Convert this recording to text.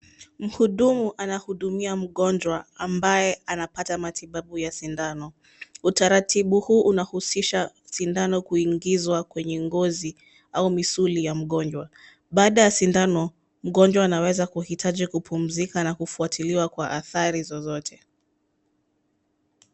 Mhudumu anahudumia mgonjwa ambaye anapata matibabu ya sindano. Utaratibu huu unahusisha sindano kuingizwa kwenye ngozi au misuli ya mgonjwa. Baada ya sindano, mgonjwa anaweza kuhitaji kupumzika na kufuatiliwa kwa athari zozote.